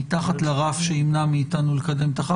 מתחת לרף שימנע מאיתנו לקדם את החקיקה.